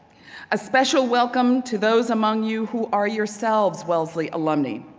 a special welcome to those among you who are yourselves wellesley alumni.